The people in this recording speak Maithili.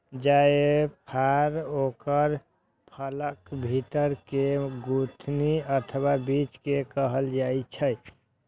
जायफल ओकर फलक भीतर के गुठली अथवा बीज कें कहल जाइ छै